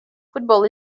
football